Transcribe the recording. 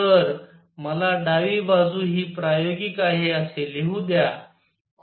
तर मला डावी बाजू ही प्रायोगिक आहे असे लिहू द्या